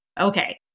okay